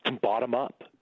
bottom-up